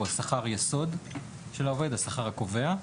הוא שכר יסוד והוא זה שקובע.